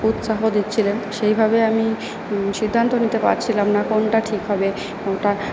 উৎসাহ দিচ্ছিলেন সেইভাবে আমি সিদ্ধান্ত নিতে পারছিলাম না কোনটা ঠিক হবে কোনটা